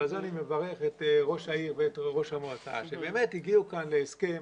ועל זה אני מברך את ראש העיר ואת ראש המועצה שבאמת הגיעו כאן להסכם